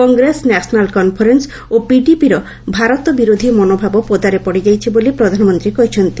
Congress National Conference ଓ ପିଡିପିର ଭାରତ ବିରୋଧୀ ମନୋଭାବ ପଦାରେ ପଡିଯାଇଛି ବୋଲି ପ୍ରଧାନମନ୍ତ୍ରୀ କହିଛନ୍ତି